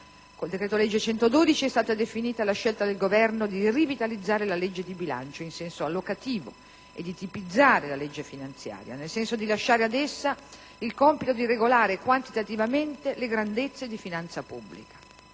il decreto-legge n. 112 è stata definita la scelta del Governo di rivitalizzare la legge di bilancio in senso allocativo e di tipizzare la legge finanziaria, nel senso di lasciare ad essa il compito di regolare quantitativamente le grandezze di finanza pubblica.